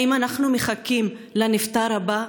האם אנחנו מחכים לנפטר הבא,